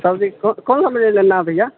सब्जी कोन हमरे लेना है भैआ